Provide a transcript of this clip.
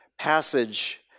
passage